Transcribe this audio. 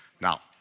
Now